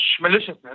maliciousness